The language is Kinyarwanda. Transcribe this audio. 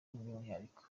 byumwihariko